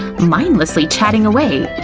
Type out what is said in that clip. mindlessly chatting away.